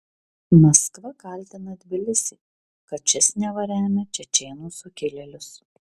maskva kaltina tbilisį kad šis neva remia čečėnų sukilėlius